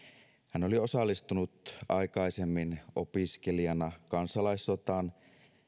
hän oli osallistunut aikaisemmin opiskelijana kansalaissotaan